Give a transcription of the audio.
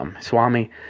Swami